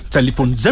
Telephone